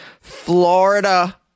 Florida